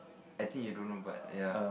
I think you don't know but ya